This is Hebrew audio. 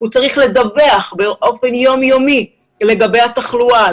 הוא צריך לדווח באופן יום יומי לגבי התחלואה,